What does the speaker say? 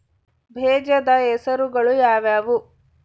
ಬೇಜದ ಹೆಸರುಗಳು ಯಾವ್ಯಾವು?